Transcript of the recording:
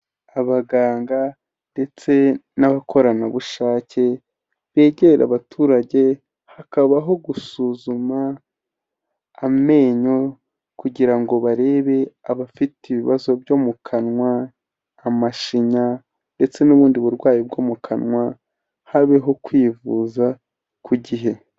Abaganga ndetse n'abakoranabushake begera abaturage hakabaho gusuzuma amenyo kugira ngo barebe abafite ibibazo byo mu kanwa, amashinya ndetse n'ubundi burwayi bwo mu kanwa, habeho kwivuza ku gihe.